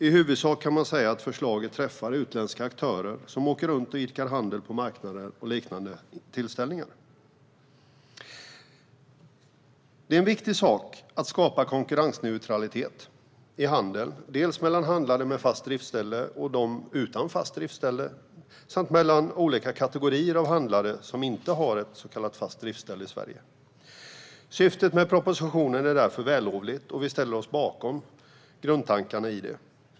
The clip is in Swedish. I huvudsak kan man säga att förslaget träffar utländska aktörer som åker runt och idkar handel på marknader och liknande tillställningar. Det är en viktig sak att skapa konkurrensneutralitet i handeln, dels mellan handlare med fast driftställe och de utan fast driftställe, dels mellan olika kategorier av handlare som inte har ett fast driftställe i Sverige. Syftet med propositionen är därför vällovligt, och vi ställer oss bakom grundtankarna i den.